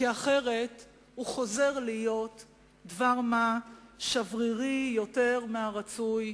כי אחרת הוא חוזר להיות דבר שברירי יותר מהרצוי,